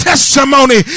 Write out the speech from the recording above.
testimony